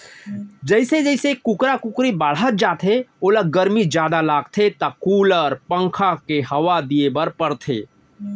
जइसे जइसे कुकरा कुकरी ह बाढ़त जाथे ओला गरमी जादा लागथे त कूलर, पंखा के हवा दिये बर परथे